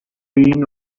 been